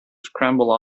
scramble